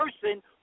person